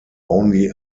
only